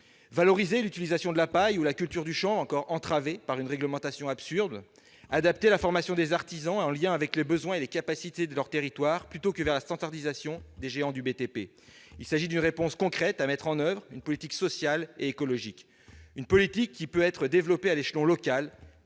valoriser l'utilisation de la paille ou la culture du chanvre encore entravée par une réglementation absurde, ou encore adapter la formation des artisans en lien avec les besoins et les capacités de leur territoire plutôt qu'avec la standardisation des géants du BTP. Il s'agit d'une réponse concrète et d'une politique sociale et écologique, une politique qui peut être développée à l'échelon local